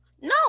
No